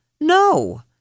No